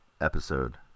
episode